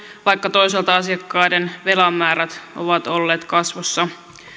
vaikka toisaalta asiakkaiden velan määrät ovat olleet kasvussa